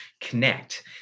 connect